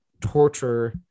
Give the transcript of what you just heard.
torture